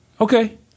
Okay